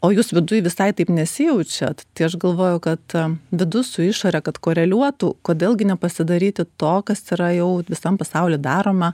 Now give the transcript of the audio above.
o jūs viduj visai taip nesijaučiat tai aš galvoju kad vidus su išore kad koreliuotų kodėl gi nepasidaryti to kas yra jau visam pasauly daroma